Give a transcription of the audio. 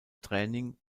training